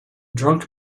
drunk